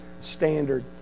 standard